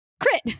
Crit